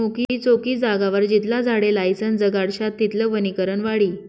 मोकयी चोकयी जागावर जितला झाडे लायीसन जगाडश्यात तितलं वनीकरण वाढी